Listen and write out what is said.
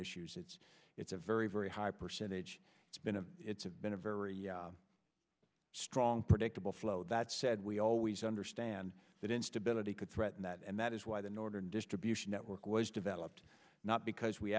issues it's it's a very very high percentage it's been a it's been a very strong predictable flow that said we always understand that instability could threaten that and that is why the northern distribution network was developed not because we